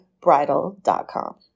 bridal.com